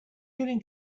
getting